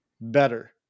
better